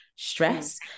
Stress